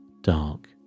dark